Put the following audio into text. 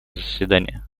заседания